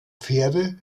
pferde